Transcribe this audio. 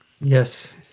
Yes